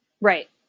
Right